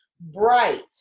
bright